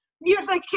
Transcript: music